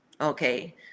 okay